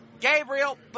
Gabriel